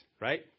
right